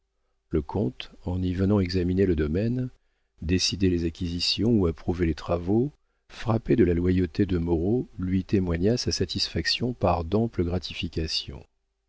le comte en y venant examiner le domaine décider les acquisitions ou approuver les travaux frappé de la loyauté de moreau lui témoigna sa satisfaction par d'amples gratifications